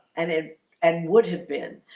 and it and would have been